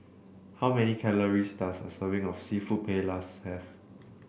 how many calories does a serving of seafood Paellas have